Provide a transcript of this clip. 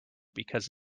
because